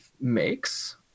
makes